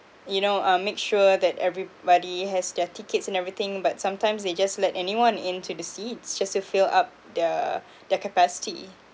you know um make sure that everybody has their tickets and everything but sometimes they just let anyone in to the seats just to fill up their their capacity